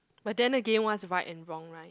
but then again what's right and wrong right